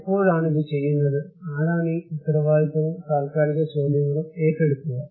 എപ്പോഴാണ് ഇത് ചെയ്യുന്നത് ആരാണ് ഈ ഉത്തരവാദിത്തവും താൽക്കാലിക ചോദ്യങ്ങളും ഏറ്റെടുക്കുക